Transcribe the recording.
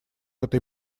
этой